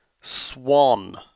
swan